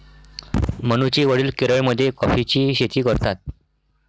मनूचे वडील केरळमध्ये कॉफीची शेती करतात